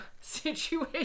situation